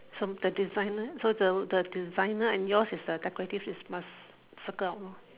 some the designer so the the designer and yours the decorative is must circle